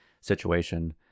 situation